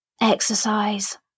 Exercise